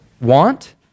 want